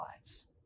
lives